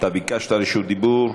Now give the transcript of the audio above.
ביקשת רשות דיבור,